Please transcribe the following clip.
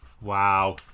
Wow